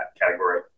category